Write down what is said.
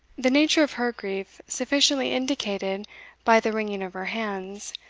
the nature of her grief sufficiently indicated by the wringing of her hands,